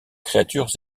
créatures